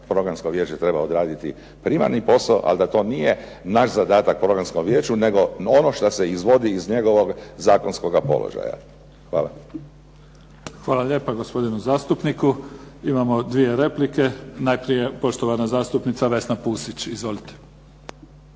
Programsko vijeće treba odraditi primarni posao ali da to nije naš zadatak Programskom vijeću nego ono što se izvodi iz njegovog zakonskog položaja. Hvala. **Mimica, Neven (SDP)** Hvala lijepa gospodinu zastupniku. Imamo dvije replike. Najprije poštovana zastupnica Vesna Pusić. Izvolite.